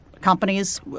companies